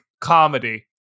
comedy